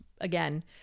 again